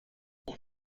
auch